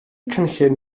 cynllun